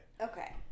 Okay